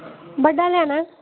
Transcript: बड्डा लैना